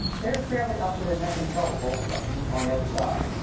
they're fairly up to their necks in trouble, both of them, on the other side,